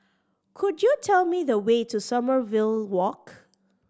could you tell me the way to Sommerville Walk